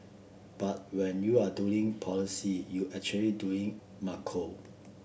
but when you are doing policy you actually doing macro